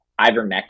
ivermectin